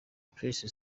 place